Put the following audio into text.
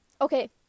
okay